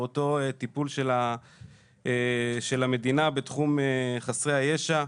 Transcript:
באותו טיפול של המדינה בתחום חסרי הישע.